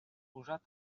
posat